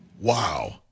Wow